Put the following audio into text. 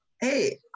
hey